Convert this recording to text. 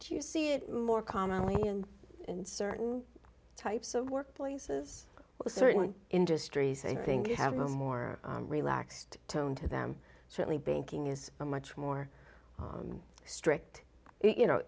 you see it more commonly in certain types of workplaces certain industries they think you have a more relaxed tone to them certainly banking is a much more strict you know